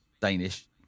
Danish